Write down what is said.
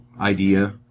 idea